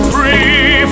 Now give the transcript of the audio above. Free